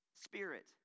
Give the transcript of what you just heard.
spirit